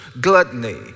Gluttony